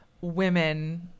women